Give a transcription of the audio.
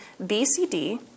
bcd